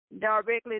directly